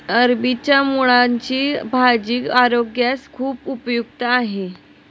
अरबीच्या मुळांची भाजी आरोग्यास खूप उपयुक्त आहे